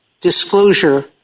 disclosure